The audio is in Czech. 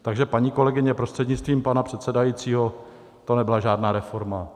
Takže paní kolegyně, prostřednictvím pana předsedajícího, to nebyla žádná reforma.